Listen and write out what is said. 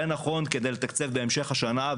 זה נכון כדי לתקצב בהמשך השנה,